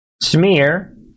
smear